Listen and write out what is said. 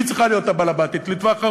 היא צריכה להיות בעל הבית לטווח ארוך,